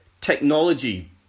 technology